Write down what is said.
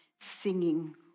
singing